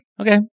Okay